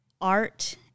art